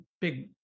big